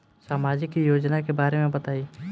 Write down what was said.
सामाजिक योजना के बारे में बताईं?